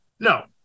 No